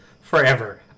forever